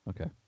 Okay